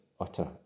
utter